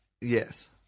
Yes